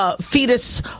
fetus